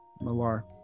Malar